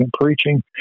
preaching